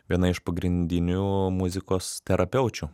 viena iš pagrindinių muzikos terapeučių